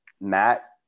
Matt